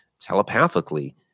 telepathically